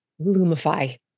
Lumify